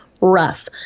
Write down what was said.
rough